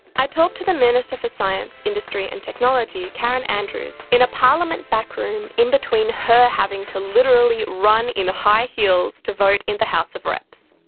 i talked to the minister of science, industry and technology karen andrews in a parliament house backroom in-between her having to literally run in high heels to vote in the house of reps.